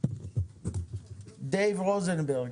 דייב רוזנברג,